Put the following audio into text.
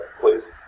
please